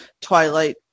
Twilight